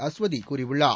அஸ்வதி கூறியுள்ளார்